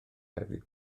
hefyd